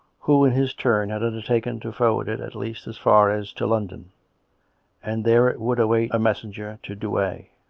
who, in his turn, had undertaken to forward it at least as far as to london and there it would await a messenger to douay.